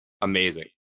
amazing